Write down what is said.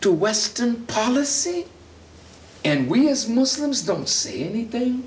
to western policy and we as muslims don't see anything